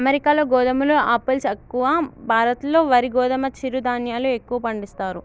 అమెరికాలో గోధుమలు ఆపిల్స్ ఎక్కువ, భారత్ లో వరి గోధుమ చిరు ధాన్యాలు ఎక్కువ పండిస్తారు